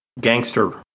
gangster